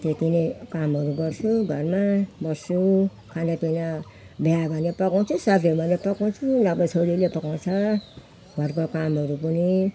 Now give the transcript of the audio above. त्यति नै कामहरू गर्छु घरमा बस्छु खानापिना भ्याए भने पकाउँछु सके भने पकाउँछु नभए छोरीले पकाउँछ घरको कामहरू पनि